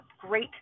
great